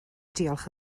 diolch